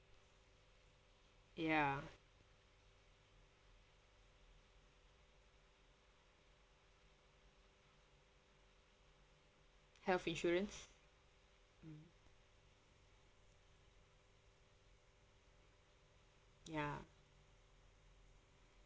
ya health insurance hmm ya